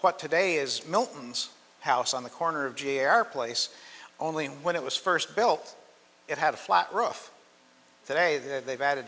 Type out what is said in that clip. what today is milton's house on the corner of g r place only and when it was first built it had a flat rough today that they've added